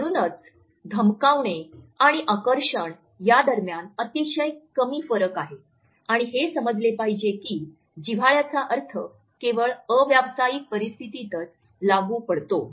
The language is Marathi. म्हणूनच धमकावणे आणि आकर्षण दरम्यान अतिशय कमी फरक आहे आणि हे समजले पाहिजे की जिव्हाळ्याचा अर्थ केवळ अ व्यावसायिक परिस्थितीतच लागू पडतो